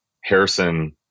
Harrison